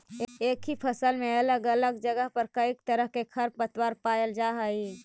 एक ही फसल में अलग अलग जगह पर कईक तरह के खरपतवार पायल जा हई